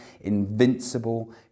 invincible